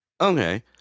Okay